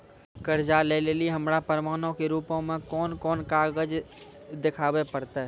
कर्जा लै लेली हमरा प्रमाणो के रूपो मे कोन कोन कागज देखाबै पड़तै?